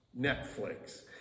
Netflix